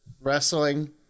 wrestling